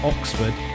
Oxford